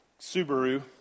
Subaru